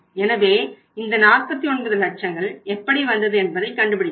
எனவே இந்த 49 லட்சங்கள் எப்படி வந்தது என்பதை கண்டுபிடித்தோம்